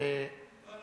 אולי מליאה.